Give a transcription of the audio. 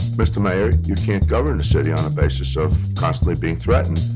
mr. mayor, you can't govern a city on a basis of constantly being threatened.